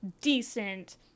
decent